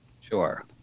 Sure